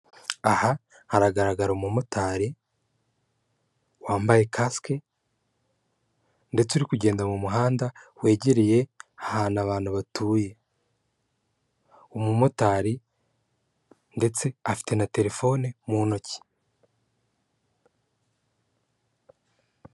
Aha haragaragara umumotari wambaye kasike ndetse uri kugenda mu muhanda wegereye ahantu abantu batuye, umumotari ndetse afite na telefone mu ntoki.